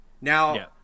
Now